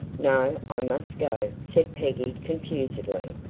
no, i must go, said peggy, confusedly.